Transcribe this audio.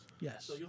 Yes